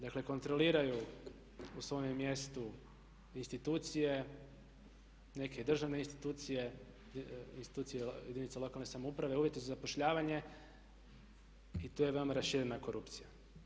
Dakle, kontroliraju u svome mjestu institucije, neke državne institucije, institucije jedinica lokalne samouprave, uvjetuju zapošljavanje i tu je vrlo raširena korupcija.